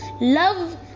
Love